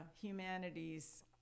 humanities